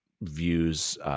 views